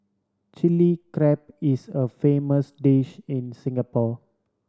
Chilli Crab is a famous dish in Singapore